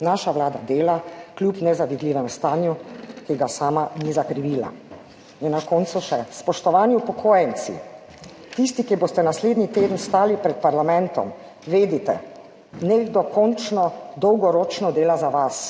naša Vlada dela kljub nezavidljivemu stanju, ki ga sama ni zakrivila in na koncu še, spoštovani upokojenci, tisti, ki boste naslednji teden stali pred parlamentom, vedite, ne dokončno, dolgoročno dela za vas